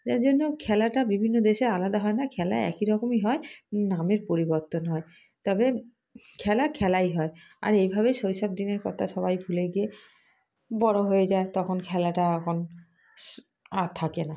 যে জন্য খেলাটা বিভিন্ন দেশে আলাদা হয় না খেলা একই রকমই হয় নামের পরিবর্তন হয় তবে খেলা খেলাই হয় আর এইভাবেই শৈশব দিনের কতা সবাই ভুলে গিয়ে বড়ো হয়ে যায় তখন খেলাটা এখন আর থাকে না